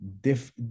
diff